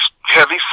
heavy